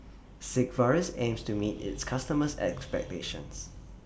Sigvaris aims to meet its customers' expectations